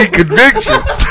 convictions